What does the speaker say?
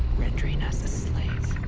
rendering us slaves.